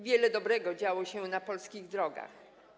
Wiele dobrego działo się na polskich drogach.